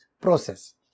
process